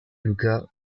luka